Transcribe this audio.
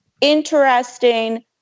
interesting